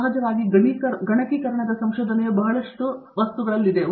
ಸಹಜವಾಗಿ ಗಣಕೀಕರಣದ ಸಂಶೋಧನೆಯು ಬಹಳಷ್ಟು ವಸ್ತುಗಳಲ್ಲಿದೆ